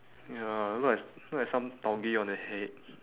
ya look like look like some tau gay on the head